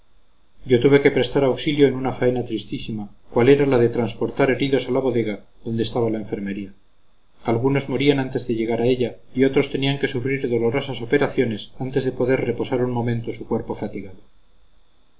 yo tuve que prestar auxilio en una faena tristísima cual era la de transportar heridos a la bodega donde estaba la enfermería algunos morían antes de llegar a ella y otros tenían que sufrir dolorosas operaciones antes de poder reposar un momento su cuerpo fatigado